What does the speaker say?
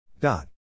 Dot